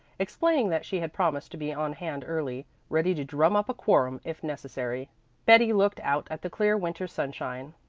explaining that she had promised to be on hand early, ready to drum up a quorum if necessary. betty looked out at the clear winter sunshine.